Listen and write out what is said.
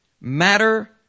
matter